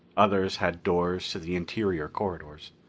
others had doors to the interior corridors.